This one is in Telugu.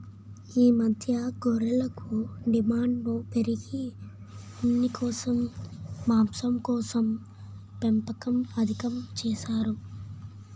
ఈ మధ్య గొర్రెలకు డిమాండు పెరిగి ఉన్నికోసం, మాంసంకోసం పెంపకం అధికం చేసారు